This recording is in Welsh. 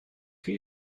chi